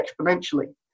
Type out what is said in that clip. exponentially